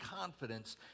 confidence